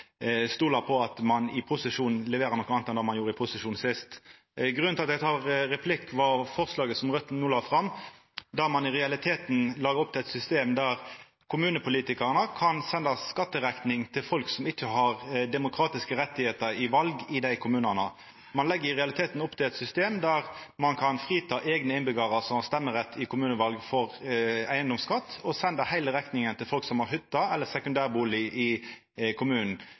stola på at ein i posisjon leverer noko anna enn ein gjorde i posisjon sist. Grunnen til at eg tek replikk, er forslaget som Raudt la fram no, der ein i realiteten legg opp til eit system der kommunepolitikarane kan senda skatterekning til folk som ikkje har demokratiske rettar i val i dei kommunane. Ein legg i realiteten opp til eit system der ein kan frita eigne innbyggjarar, som har røysterett i kommunevalet, for eigedomsskatt og senda heile rekninga til folk som har hytte eller sekundærbustad i kommunen.